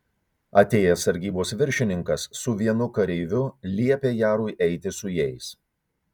atėjęs sargybos viršininkas su vienu kareiviu liepė jarui eiti su jais